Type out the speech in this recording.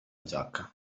giacca